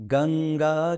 Ganga